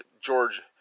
George